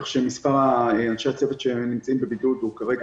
כך שמספר אנשי הצוות שנמצאים בבידוד הוא כרגע